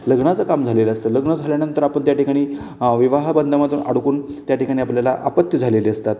लग्नाचं काम झालेलं असतं लग्न झाल्यानंतर आपण त्या ठिकाणी विवाहाबंदमधून अडकून त्याठिकाणी आपल्याला अपत्त्य झालेले असतात